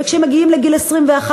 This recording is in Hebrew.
וכשאלה מגיעים לגיל 21,